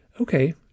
Okay